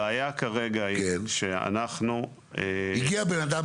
הגיע אדם,